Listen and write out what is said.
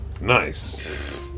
nice